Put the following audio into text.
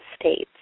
States